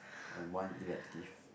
and one elective